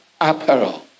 apparel